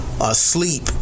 Asleep